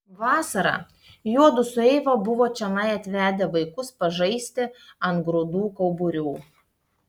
vasarą juodu su eiva buvo čionai atvedę vaikus pažaisti ant grūdų kauburių